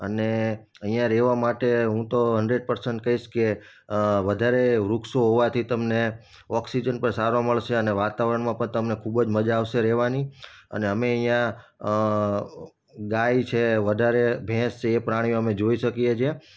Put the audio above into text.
અને અહીંયા રહેવા માટે હું તો હન્ડ્રેડ પરસેન્ટ કહીશ કે વધારે વૃક્ષો હોવાથી તમને ઓક્સિજન પણ સારો મળશે અને વાતાવરણમાં પણ તમને ખૂબ મજા આવશે રહેવાની અને અમે અહીંયા ગાય છે વધારે ભેંસ છે એ પ્રાણીઓ અમે જોઈ શકીએ છે